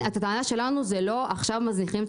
הטענה שלנו היא שלא מזניחים את